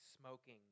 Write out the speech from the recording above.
smoking